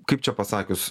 kaip čia pasakius